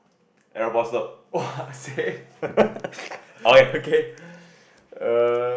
!wah! same okay err